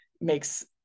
makes